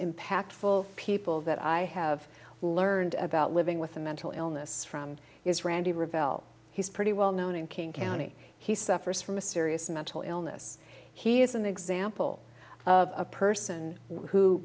impactful people that i have learned about living with a mental illness from is randy revelle he's pretty well known in king county he suffers from a serious mental illness he is an example of a person who